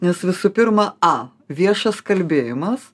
nes visų pirma a viešas kalbėjimas